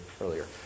earlier